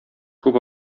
күп